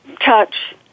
touch